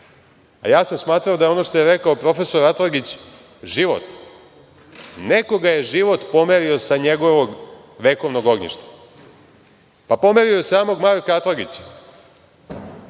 A ja sam smatrao da je ono što je rekao profesor Atlagić život. Nekoga je život pomerio sa njegovog vekovnog ognjišta. Pomerio je i samog Marka Atlagića,